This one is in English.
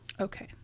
Okay